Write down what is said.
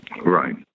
Right